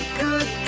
good